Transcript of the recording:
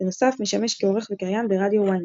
בנוסף, משמש כעורך וקריין ברדיו ynet.